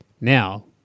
Now